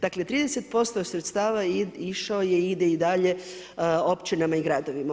Dakle, 30% sredstava išao je i ide i dalje općinama i gradovima.